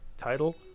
title